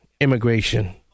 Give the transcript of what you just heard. immigration